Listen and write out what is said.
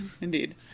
Indeed